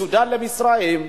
מסודן למצרים,